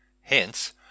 hence